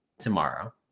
tomorrow